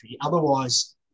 Otherwise